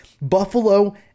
Buffalo